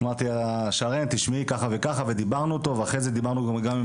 סיפרתי לה על כך ודיברנו איתו ואחרי זה דיברנו גם עם